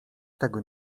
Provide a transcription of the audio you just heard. tego